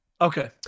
Okay